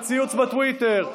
בציוץ בטוויטר.